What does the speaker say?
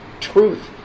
truth